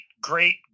great